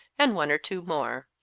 and one or two more.